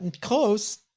Close